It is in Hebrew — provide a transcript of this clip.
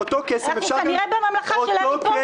אנחנו כנראה בממלכה של הארי פוטר.